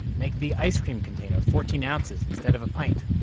make the ice cream container fourteen ounces instead of a pint.